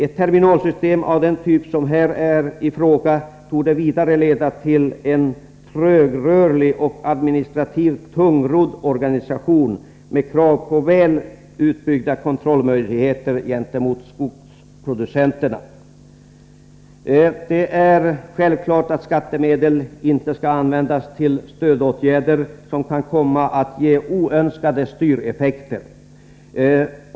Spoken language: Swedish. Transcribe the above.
Ett terminalsystem av den typ som här är i fråga torde vidare leda till en trögrörlig och administrativt tungrodd organisation med krav på väl utbyggda kontrollmöjligheter gentemot skogsproducenterna. Det är självklart att skattemedel inte skall användas till stödåtgärder som kan komma att ge oönskade styreffekter.